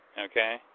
okay